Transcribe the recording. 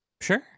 Sure